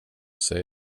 sig